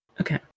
okay